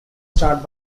start